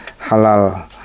halal